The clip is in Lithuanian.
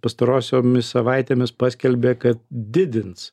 pastarosiomis savaitėmis paskelbė kad didins